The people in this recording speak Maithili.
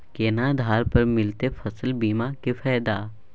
केना आधार पर मिलतै फसल बीमा के फैदा?